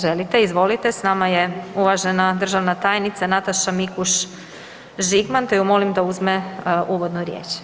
Želite, izvolite s nama je uvažena državna tajnica Nataša Mikuš Žigman te ju molim da uzme uvodnu riječ.